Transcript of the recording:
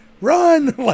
run